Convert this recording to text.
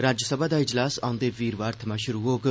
राज्यसभा दा इजलास औंदे वीरवार थमां शुरु होग